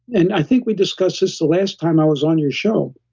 and i think we discussed this the last time i was on your show.